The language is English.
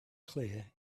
clear